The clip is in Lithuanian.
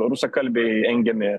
rusakalbiai engiami